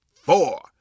four